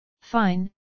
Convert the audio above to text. Fine